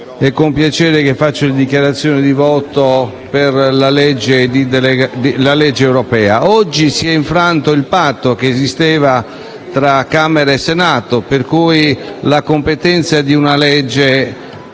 è con piacere che svolgo la dichiarazione di voto sulla legge europea. Oggi si è infranto il patto che esisteva tra Camera e Senato, sulla base del quale la competenza della legge